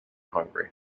hungary